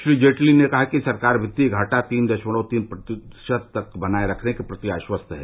श्री जेटली ने कहा कि सरकार वित्तीय घाटा तीन दशमलव तीन प्रतिशत तक बनाए रखने के प्रति आश्क्त है